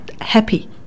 happy